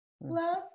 love